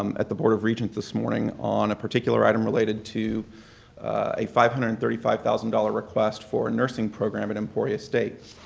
um at the board of regents this morning on a particular item related to a five hundred and thirty five thousand dollars request for a nursing program at emporia state.